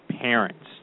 parents